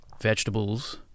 Vegetables